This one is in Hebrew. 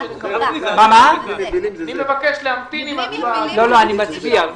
לא, אני מצביע.